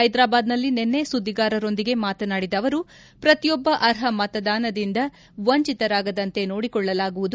ಹ್ವೆದ್ರಾಬಾದ್ನಲ್ಲಿ ನಿನ್ನೆ ಸುದ್ದಿಗಾರರೊಂದಿಗೆ ಮಾತನಾಡಿದ ಅವರು ಪ್ರತಿಯೊಬ್ಬ ಅರ್ಹ ಮತದಾನದಿಂದ ವಂಚಿತರಾಗದಂತೆ ನೋಡಿಕೊಳ್ಳಲಾಗುವುದು